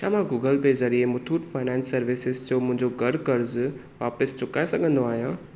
छा मां Google Pay ज़रिए मुथूट फाइनेंस सर्विसेज़ जो मुंहिंजो घरु क़र्जु वापसि चुकाए सघिंदो आहियां